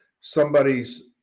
somebody's